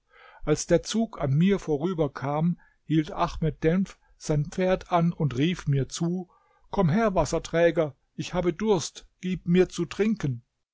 als der zug an mir vorüber kam hielt ahmed denf sein pferd an und rief mir zu komm her wasserträger ich habe durst gib mir zu trinken